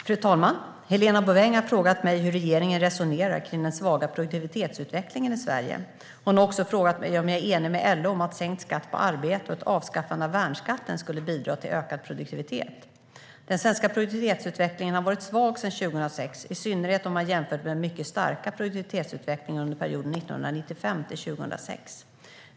Fru talman! Helena Bouveng har frågat mig hur regeringen resonerar kring den svaga produktivitetsutvecklingen i Sverige. Hon har också frågat mig om jag är enig med LO om att sänkt skatt på arbete och ett avskaffande av värnskatten skulle bidra till ökad produktivitet. Den svenska produktivitetsutvecklingen har varit svag sedan 2006, i synnerhet om man jämför med den mycket starka produktivitetsutvecklingen under perioden 1995-2006.